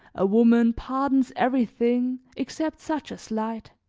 a woman pardons everything except such a slight.